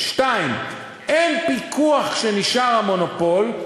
2. אין פיקוח כשנשאר המונופול,